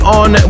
on